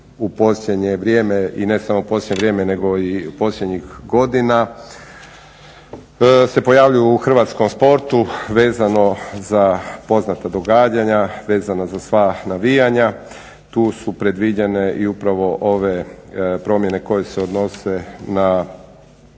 u posljednje vrijeme, i ne samo u posljednje vrijeme nego i posljednjih godina se pojavljuju u hrvatskom sportu vezano za poznata događanja, vezano za sva navijanja tu su predviđene i upravo ove promjene koje se odnose na